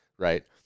right